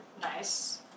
nice